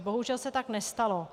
Bohužel se tak nestalo.